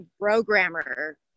programmer